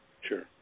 Sure